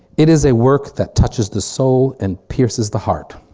it is a work that touches the soul and pierces the heart.